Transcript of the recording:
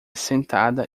sentada